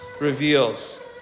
reveals